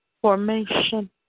formation